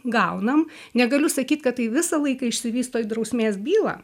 gaunam negaliu sakyt kad tai visą laiką išsivysto į drausmės bylą